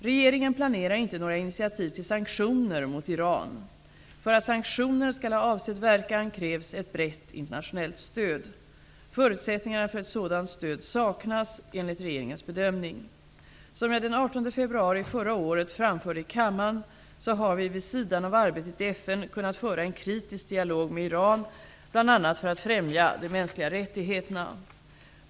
Regeringen planerar inte några initiativ till sanktioner mot Iran. För att sanktioner skall ha avsedd verkan krävs ett brett internationellt stöd. Förutsättningarna för ett sådant stöd saknas, enligt regeringens bedömning. Som jag den 18 februari förra året framförde i kammaren, har vi vid sidan av arbetet i FN kunnat föra en kritisk dialog med Iran, bl.a. för att främja de mänskliga rättigheterna.